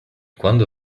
quando